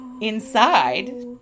inside